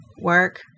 Work